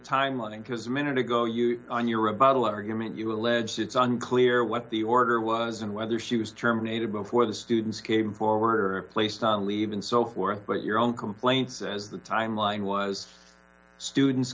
timeline because a minute ago you on your rebuttal argument you alleged it's unclear what the order was and whether she was terminated before the students came forward or placed on leave and so forth but your own complaint says the timeline was students